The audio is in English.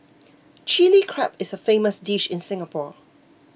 Chilli Crab is a famous dish in Singapore